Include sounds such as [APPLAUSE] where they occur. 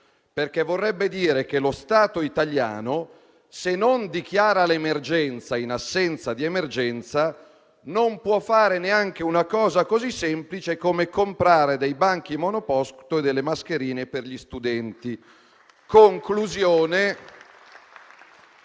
perché vorrebbe dire che lo Stato italiano, se non dichiara l'emergenza in assenza di emergenza, non può fare neanche una cosa così semplice come comprare dei banchi monoposto e delle mascherine per gli studenti. [APPLAUSE]